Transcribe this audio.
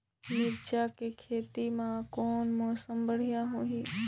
मिरचा के खेती कौन मौसम मे बढ़िया होही?